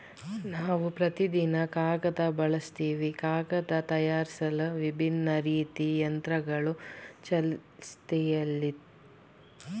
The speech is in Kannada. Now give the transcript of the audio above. ನಾವು ಪ್ರತಿದಿನ ಕಾಗದ ಬಳಸ್ತಿವಿ ಕಾಗದನ ತಯಾರ್ಸಲು ವಿಭಿನ್ನ ರೀತಿ ಯಂತ್ರಗಳು ಚಾಲ್ತಿಯಲ್ಲಯ್ತೆ